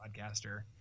podcaster